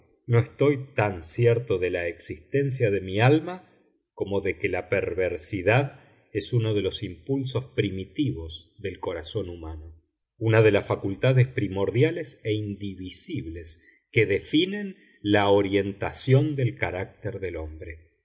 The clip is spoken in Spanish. no estoy tan cierto de la existencia de mi alma como de que la perversidad es uno de los impulsos primitivos del corazón humano una de las facultades primordiales e indivisibles que definen la orientación del carácter del hombre